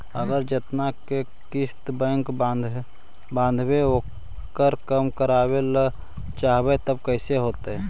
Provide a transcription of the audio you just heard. अगर जेतना के किस्त बैक बाँधबे ओकर कम करावे ल चाहबै तब कैसे होतै?